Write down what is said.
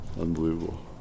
unbelievable